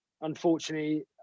unfortunately